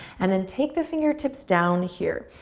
and then take the fingertips down here.